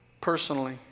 personally